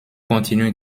continue